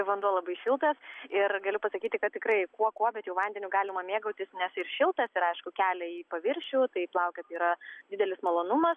vanduo labai šiltas ir galiu pasakyti kad tikrai kuo kuo bet jau vandeniu galima mėgautis nes ir šiltas ir aišku kelia į paviršių tai plaukiot yra didelis malonumas